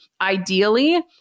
ideally